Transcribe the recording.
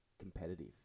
competitive